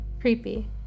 Creepy